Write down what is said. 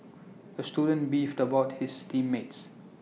the student beefed about his team mates